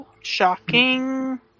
Shocking